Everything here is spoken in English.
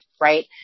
right